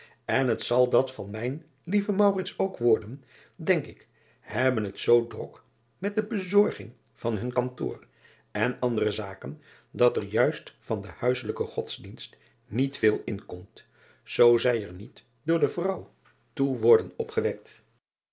en het zal dat van mijn lieven ook worden denk ik hebben het zoo drok met de bezorging van hun kantoor en andere zaken dat er juist van den huisselijken odsdienst niet veel in komt zoo zij er niet door de vrouw toe worden opgewekt